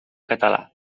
català